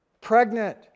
Pregnant